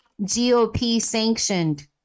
GOP-sanctioned